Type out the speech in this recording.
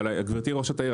אבל גברתי ראשת העיר,